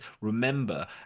remember